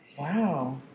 Wow